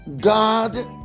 God